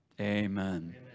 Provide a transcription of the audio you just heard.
amen